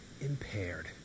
impaired